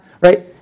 Right